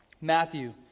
Matthew